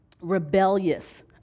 rebellious